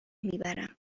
میبرم